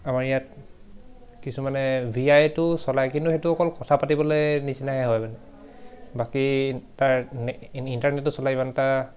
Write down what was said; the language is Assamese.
আমাৰ ইয়াত কিছুমানে ভি আই টো চলায় কিন্তু সেইটো অকল কথা পাতিবলৈ নিচিনাকৈ হয় মানে বাকী তাৰ ইণ্টাৰনেটটো চলাই ইমান এটা